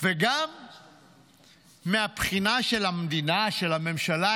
וגם מהבחינה של המדינה, של הממשלה.